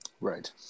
Right